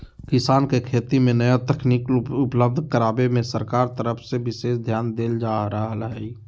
किसान के खेती मे नया तकनीक उपलब्ध करावे मे सरकार के तरफ से विशेष ध्यान देल जा रहल हई